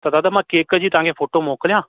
त दादा मां केक जी तव्हांखे फ़ोटो मोकिलियां